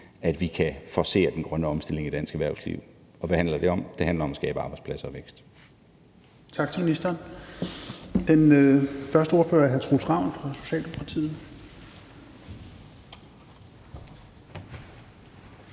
at vi kan forcere den grønne omstilling af dansk erhvervsliv. Og hvad handler det om? Det handler om at skabe arbejdspladser og vækst.